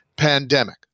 Pandemic